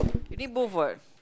you need both what